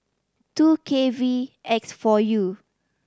two K V X four U